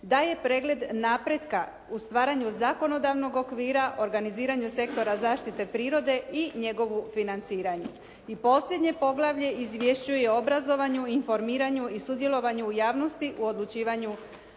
daje pregled napretka u stvaranju zakonodavnog okvira, organiziranju sektora zaštite prirode i njegovu financiranju. I posljednje poglavlje izvješćuje o obrazovanju, informiranju i sudjelovanju u javnosti u odlučivanju